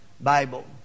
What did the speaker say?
Bible